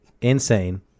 insane